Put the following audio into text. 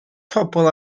pobl